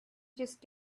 just